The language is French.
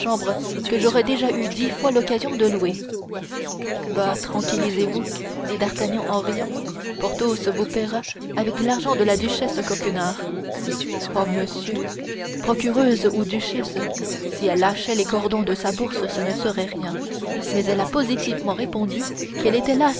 que j'aurais déjà eu dix fois l'occasion de louer bah tranquillisez vous dit d'artagnan en riant porthos vous paiera avec l'argent de la duchesse coquenard oh monsieur procureuse ou duchesse si elle lâchait les cordons de sa bourse ce ne serait rien mais elle a positivement répondu qu'elle était lasse